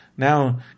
Now